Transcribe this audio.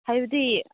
ꯍꯥꯏꯕꯗꯤ